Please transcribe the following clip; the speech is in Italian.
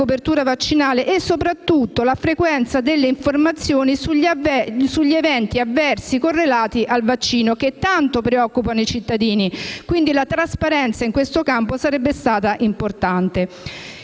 di copertura vaccinale e soprattutto la frequenza delle informazioni sugli eventi avversi correlati al vaccino, che tanto preoccupano i cittadini. La trasparenza in questo campo sarebbe stata importante.